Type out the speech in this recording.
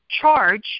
charge